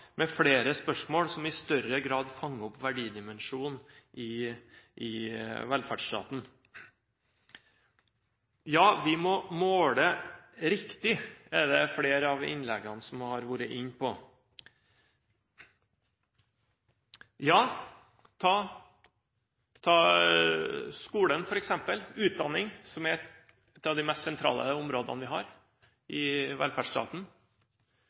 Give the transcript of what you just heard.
med flere spørsmål som i større grad fanger opp verdidimensjonen i velferdsstaten. Vi må måle riktig, er det flere av innleggene som har vært inne på. Ta f.eks. skolen, utdanning, som er et av de mest sentrale områdene vi har i velferdsstaten: